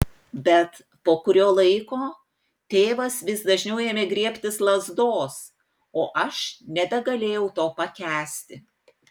bet po kurio laiko tėvas vis dažniau ėmė griebtis lazdos o aš nebegalėjau to pakęsti